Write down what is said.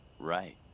Right